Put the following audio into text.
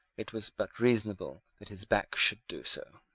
it was but reasonable that his back should do so.